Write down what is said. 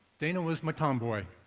dana was my tomboy,